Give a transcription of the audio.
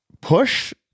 Push